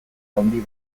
handi